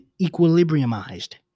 equilibriumized